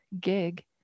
gig